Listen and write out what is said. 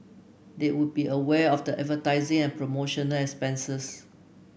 they would be aware of the advertising and promotional expenses